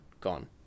gone